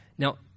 Now